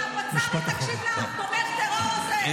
--- שהפצ"רית תקשיב לתומך טרור הזה,